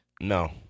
No